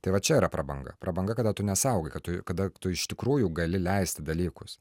tai va čia yra prabanga prabanga kada tu nesaugai kad tu kada tu iš tikrųjų gali leisti dalykus